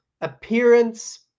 Appearance